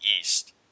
East